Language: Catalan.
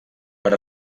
per